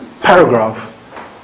paragraph